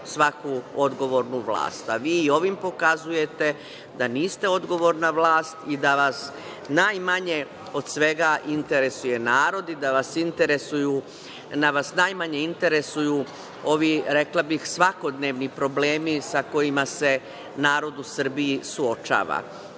svaku odgovornu vlast. A, vi i ovim pokazujete da niste odgovorna vlast i da vas najmanje od svega interesuje narod i da vas najmanje interesuju ovi, rekla bih, svakodnevni problemi sa kojima se narod u Srbiji suočava. Mi